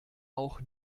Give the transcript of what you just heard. auch